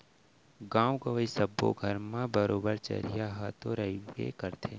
गॉंव गँवई सब्बो घर म बरोबर चरिहा ह तो रइबे करथे